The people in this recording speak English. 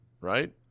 right